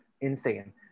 insane